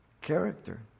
character